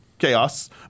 chaos